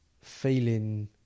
feeling